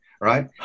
right